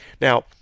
now